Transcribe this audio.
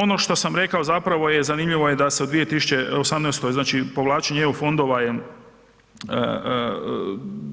Ono što sam rekao zapravo je zanimljivo je da se u 2018. znači povlačenje EU fondova je